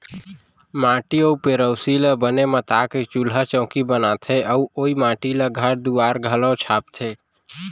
माटी अउ पेरोसी ल बने मता के चूल्हा चैकी बनाथे अउ ओइ माटी म घर दुआर घलौ छाबथें